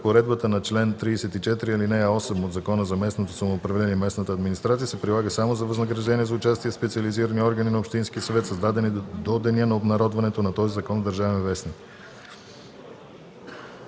Разпоредбата на чл. 34, ал. 8 от Закона за местното самоуправление и местната администрация се прилага само за възнаграждения за участие в специализирани органи на общинския съвет, създадени до деня на обнародването на този закон в „Държавен вестник“.”